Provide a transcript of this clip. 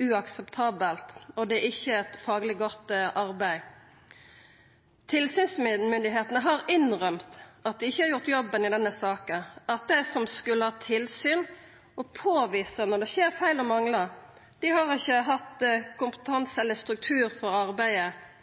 uakseptabelt, og det er ikkje eit fagleg godt arbeid. Tilsynsmyndigheitene har innrømt at dei ikkje har gjort jobben i denne saka, at dei som skal ha tilsyn, og som skal påvisa når det skjer feil og manglar, ikkje har hatt kompetanse eller struktur for arbeidet,